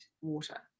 water